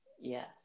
Yes